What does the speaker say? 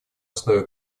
основе